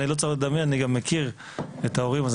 אני לא צריך לדמיין אני גם מכיר את ההורים,